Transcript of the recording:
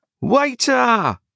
Waiter